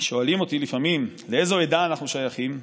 שואלים אותי לפעמים לאיזו עדה אנחנו שייכים,